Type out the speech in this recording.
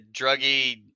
druggy